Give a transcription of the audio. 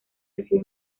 reside